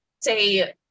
say